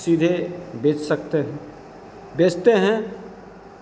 सीधे बेच सकते हैं बेचते हैं